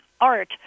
art